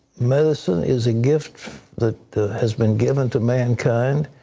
medicine is a gift that has been given to mankind.